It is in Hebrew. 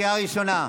קריאה ראשונה.